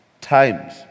times